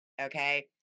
okay